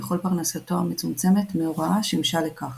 וכל פרנסתו המצומצמת מהוראה שימשה לכך.